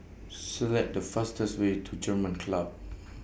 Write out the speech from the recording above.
Select The fastest Way to German Club